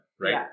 right